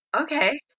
Okay